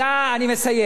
אני מסיים.